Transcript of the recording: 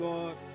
God